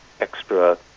extra